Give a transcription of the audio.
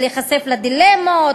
של להיחשף לדילמות,